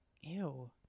Ew